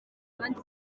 abandi